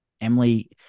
Emily